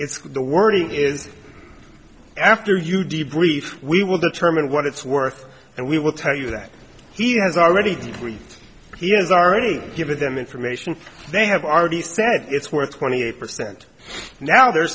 is the wording is after you debrief we will determine what it's worth and we will tell you that he has already agreed he has already given them information they have already said it's worth twenty eight percent now they're